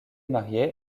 marié